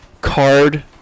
card